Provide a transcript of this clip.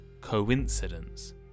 Coincidence